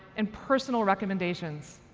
and personal recommendations.